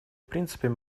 принципами